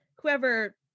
whoever